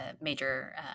major